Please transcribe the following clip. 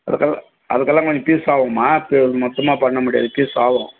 அது அதுக்கெல்லாம் கொஞ்சம் ஃபீஸ் ஆகும்மா மொத்தமாக பண்ண முடியாது ஃபீஸ் ஆகும்